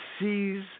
sees